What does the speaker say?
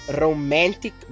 romantic